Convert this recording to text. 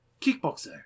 Kickboxer